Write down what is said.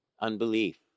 Unbelief